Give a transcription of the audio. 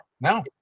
No